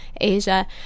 Asia